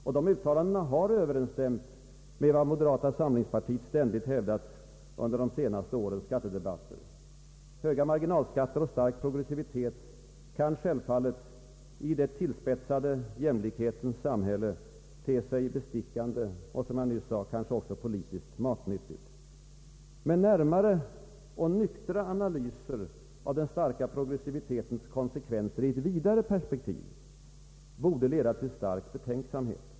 Dessa uttalanden har överensstämt med vad moderata samlingspartiet ständigt hävdat i de senaste årens skattedebatter. Höga marginalskatter och stark progressivitet kan självfallet i det tillspetsade jämlikhetens samhälle te sig bestickande och som jag nyss sade kanske också politiskt matnyttiga. Men närmare och nyktra analyser av den starka progressivitetens konsekvenser i ett vidare perspektiv borde leda till stark betänksamhet.